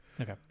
Okay